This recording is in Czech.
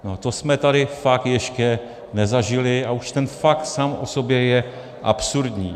No to jsme tady fakt ještě nezažili a už ten fakt sám o sobě je absurdní.